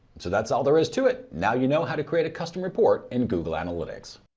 so that's all there is to it. now you know how to create a custom report and google analytics.